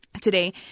today